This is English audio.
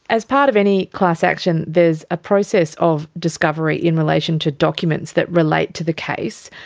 as part of any class action there is a process of discovery in relation to documents that relate to the case.